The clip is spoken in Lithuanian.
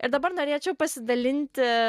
ir dabar norėčiau pasidalinti